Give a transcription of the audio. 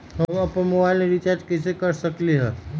हम अपन मोबाइल में रिचार्ज कैसे कर सकली ह?